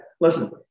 listen